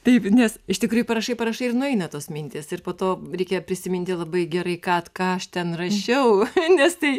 taip nes iš tikrųjų parašai parašai ir nueina tos mintys ir po to reikia prisiminti labai gerai kad ką aš ten rašiau nes tai